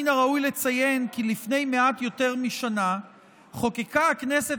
מן הראוי לציין כי לפני מעט יותר משנה חוקקה הכנסת